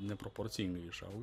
neproporcingai išauga